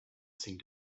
seemed